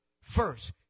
first